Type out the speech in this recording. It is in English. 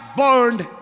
burned